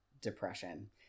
depression